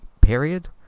period